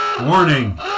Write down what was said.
Warning